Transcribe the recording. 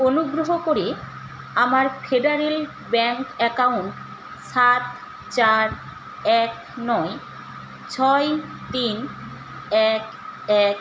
অনুগ্রহ করে আমার ফেডারেল ব্যাঙ্ক অ্যাকাউন্ট সাত চার এক নয় ছয় তিন এক এক